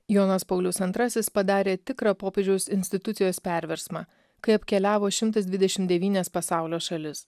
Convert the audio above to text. jonas paulius antrasis padarė tikrą popiežiaus institucijos perversmą kai apkeliavo šimtas dvidešimt devynias pasaulio šalis